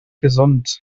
gesund